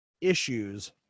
issues